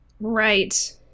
Right